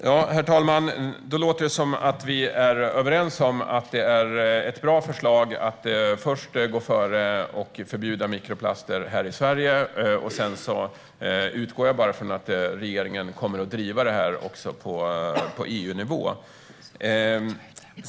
Herr talman! Det låter som att vi är överens om att det är ett bra förslag att först gå före och förbjuda mikroplaster här i Sverige, och sedan utgår jag från att regeringen kommer att driva detta också på EU-nivå.